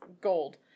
gold